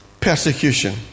persecution